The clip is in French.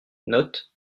note